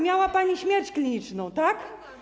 Miała pani śmierć kliniczną, tak?